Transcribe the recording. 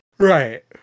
right